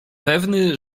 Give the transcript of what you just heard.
pewny